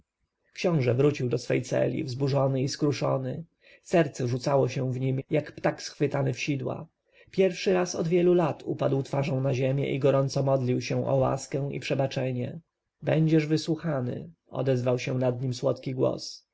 książę wrócił do swej celi wzburzony i skruszony serce rzucało się w nim jak ptak schwytany w sidła pierwszy raz od wielu lat upadł twarzą na ziemię i gorąco modlił się o łaskę i przebaczenie będziesz wysłuchany odezwał się nad nim słodki głos